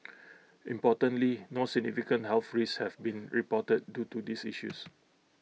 importantly no significant health risks have been reported due to these issues